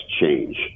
change